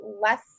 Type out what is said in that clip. less